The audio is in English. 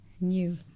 new